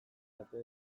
arte